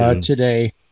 today